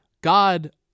God